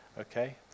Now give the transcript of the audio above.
okay